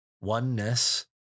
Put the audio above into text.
oneness